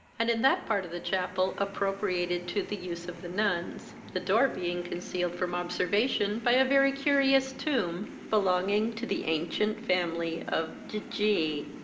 and in that part of the chapel appropriated to the use of the nuns, the door being concealed from observation by a very curious tomb, belonging to the ancient family of de g.